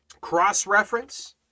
cross-reference